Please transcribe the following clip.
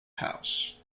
house